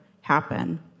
happen